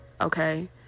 okay